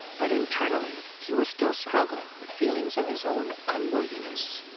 but internally, he was still struggling with feelings of his own unworthiness.